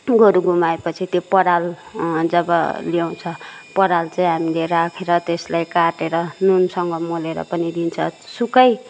गोरु घुमाए पछि त्यो पराल जब ल्याउँछ पराल चाहिँ हामीले राखेर त्यसलाई काटेर नुनसँग मोलेर पनि दिन्छ सुक्खै